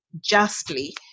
justly